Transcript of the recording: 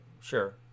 sure